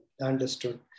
Understood